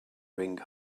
ring